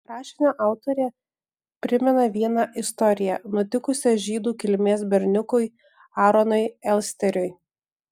rašinio autorė primena vieną istoriją nutikusią žydų kilmės berniukui aaronui elsteriui